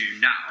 now